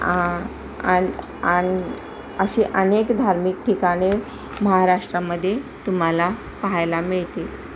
आ आणि आणि असे अनेक धार्मिक ठिकाणे महाराष्ट्रामध्ये तुम्हाला पाहायला मिळतील